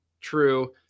true